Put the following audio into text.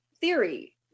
theory